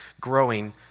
growing